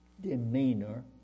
demeanor